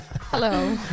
Hello